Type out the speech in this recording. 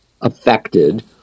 affected